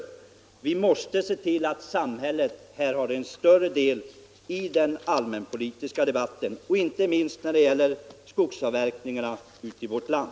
Vi måste se till att samhället har större del i den samhällspolitiska debatten, inte minst när det gäller skogsavverkningarna i vårt land.